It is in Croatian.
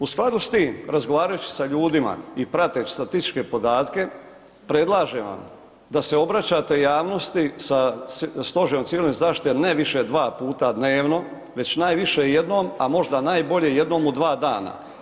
U skladu s tim, razgovarajući sa ljudima i prateć statističke podatke, predlažem vam da se obraćate javnosti sa Stožerom civilne zaštite ne više dva puta dnevno, već najviše jednom, a možda najbolje jednom u dva dana.